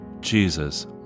Jesus